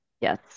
yes